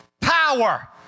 power